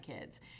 kids